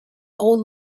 old